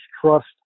trust